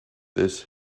this